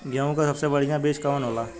गेहूँक सबसे बढ़िया बिज कवन होला?